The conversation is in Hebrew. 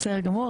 בסדר גמור,